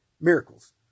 miracles